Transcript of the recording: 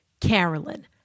Carolyn